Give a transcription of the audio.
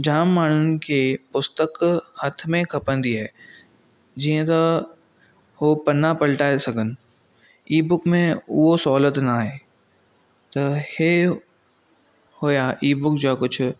जाम माण्हुनि खे पुस्तक हथ में खपंदी आहे जीअं त हू पन्ना पल्टाए सघनि ई बुक में उहा सहुलत नाहे त ही हुयो ई बुक जा कुझु